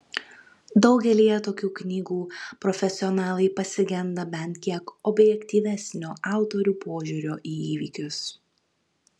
daugelyje tokių knygų profesionalai pasigenda bent kiek objektyvesnio autorių požiūrio į įvykius